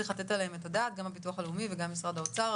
צריך לתת עליהם את הדעת גם הביטוח הלאומי וגם משרד האוצר.